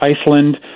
Iceland